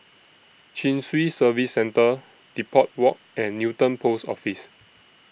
Chin Swee Service Centre Depot Walk and Newton Post Office